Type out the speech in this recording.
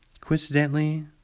Coincidentally